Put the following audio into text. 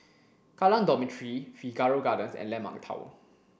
Kallang Dormitory Figaro Gardens and Landmark Tower